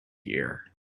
year